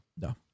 No